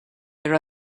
there